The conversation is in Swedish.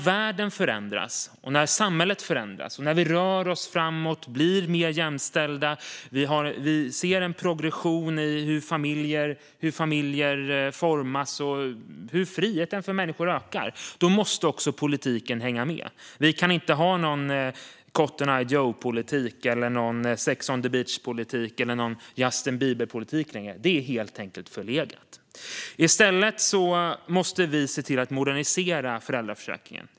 Världen och samhället förändras, vi rör oss framåt och blir mer jämställda och vi ser en progression när det gäller hur familjer formas. Friheten för människor ökar, och då måste politiken hänga med. Vi kan inte ha någon Cotton Eye Joe politik, någon Sex on the beach-politik eller någon Justin Bieber-politik längre; det är helt enkelt förlegat. I stället måste vi se till att modernisera föräldraförsäkringen.